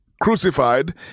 crucified